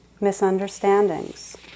misunderstandings